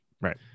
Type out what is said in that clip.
Right